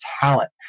talent